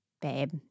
babe